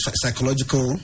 psychological